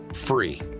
free